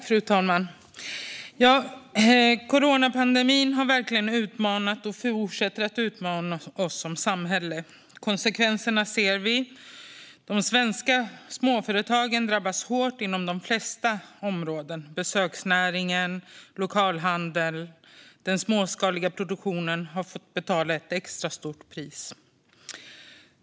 Fru talman! Coronapandemin har verkligen utmanat och fortsätter att utmana oss som samhälle. Konsekvenserna ser vi. De svenska småföretagen drabbas hårt inom de flesta områden. Besöksnäringen, lokalhandeln och den småskaliga produktionen har fått betala ett extra stort pris.